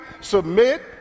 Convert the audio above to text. submit